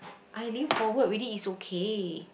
I lean forward already it's okay